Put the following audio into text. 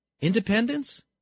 Independence